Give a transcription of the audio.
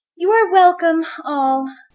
you are welcome all.